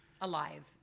alive